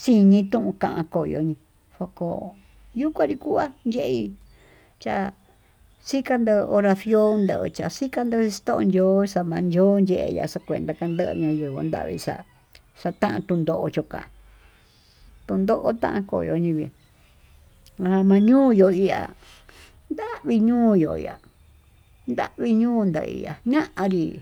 xinii tuka'á koyo'ó yoko yuka nikuá ye'í chá xhikanó hora nfio ndo'o xhikano'o xitónyo xamayii yo'o yenda xakuentá, kandavayuu kanyavii xa'a xatantun ndo'ó choka'a chotonka koyo'ó nivii nañayunío ihá, ndavii ñuu yuu ihá ndaviñun ndaí ihá ña'avii